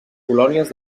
colònies